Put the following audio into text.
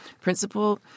principal